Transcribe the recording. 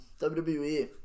WWE